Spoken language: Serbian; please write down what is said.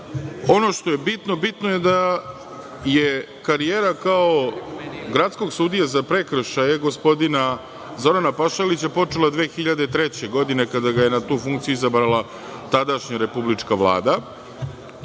ono što je bitno, bitno je da je karijera kao gradskog sudije za prekršaje gospodina Zorana Pašalića počela 2003. godine, kada ga je na tu funkciju izabrala tadašnja republička Vlada.